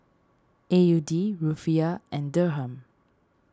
A U D Rufiyaa and Dirham